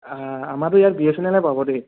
আমাৰটো ইয়াত B S N এলে পাব দেই